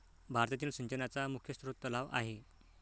भारतातील सिंचनाचा मुख्य स्रोत तलाव आहे